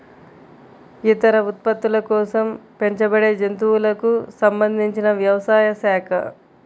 ఇతర ఉత్పత్తుల కోసం పెంచబడేజంతువులకు సంబంధించినవ్యవసాయ శాఖ